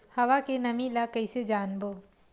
हवा के नमी ल कइसे जानबो?